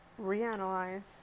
reanalyze